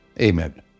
amen